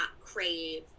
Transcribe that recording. crave